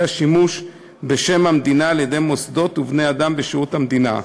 השימוש בשם המדינה על-ידי מוסדות ובני-אדם בשירות המדינה.